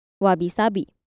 Wabi-sabi